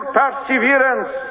perseverance